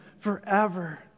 Forever